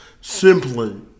simply